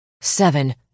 Seven